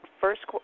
first